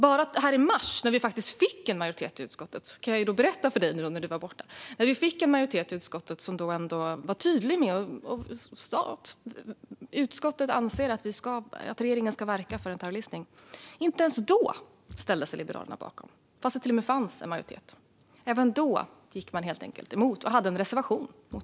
Jag kan berätta för dig, Joar Forssell, som har varit borta att vi så sent som i mars fick en majoritet i utskottet som var tydlig och sa att utskottet anser att regeringen ska verka för en terrorlistning. Men inte ens då ställde sig Liberalerna bakom detta, fast det till och med fanns en majoritet. Även då gick man emot beslutet och hade en reservation.